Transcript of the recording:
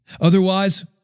Otherwise